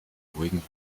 ruhigen